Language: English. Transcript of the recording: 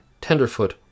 tenderfoot